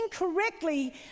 incorrectly